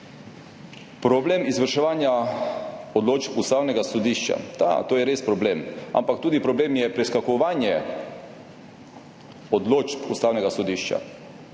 Problem izvrševanja odločb Ustavnega sodišča. To je res problem, ampak problem je tudi preskakovanje odločb Ustavnega sodišča,